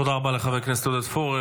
תודה רבה לחבר הכנסת עודד פורר.